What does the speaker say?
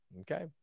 Okay